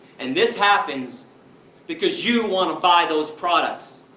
and this happens because you wanna buy those products.